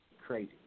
Crazy